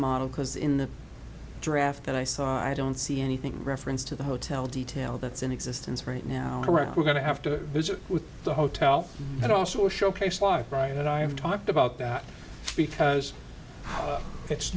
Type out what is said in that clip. model because in the draft that i saw i don't see anything reference to the hotel detail that's in existence right now in iraq we're going to have to visit with the hotel and also showcase life right and i have talked about that because it's